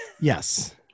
Yes